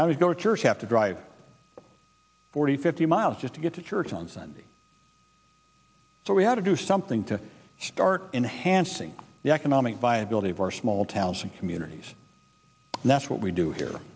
go to church have to drive forty fifty miles just to get to church on sunday so we had to do something to start enhancing the economic viability of our small towns and communities and that's what we do here